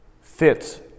fits